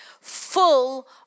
full